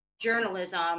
journalism